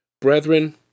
Brethren